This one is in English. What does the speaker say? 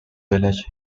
village